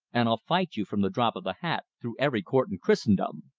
and i'll fight you from the drop of the hat through every court in christendom.